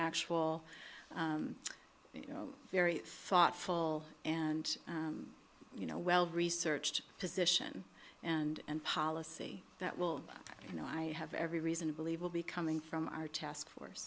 actual you know very thoughtful and you know well researched position and policy that will you know i have every reason to believe will be coming from our task force